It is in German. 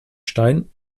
stein